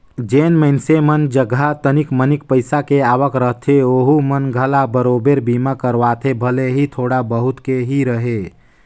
जेन मइनसे मन जघा तनिक मनिक पईसा के आवक रहथे ओहू मन घला बराबेर बीमा करवाथे भले ही थोड़ा बहुत के ही रहें